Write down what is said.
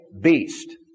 beast